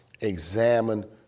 examine